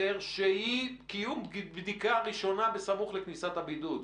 שהיא קיום בדיקה ראשונה סמוך לכניסת הבידוד,